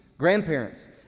Grandparents